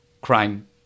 crime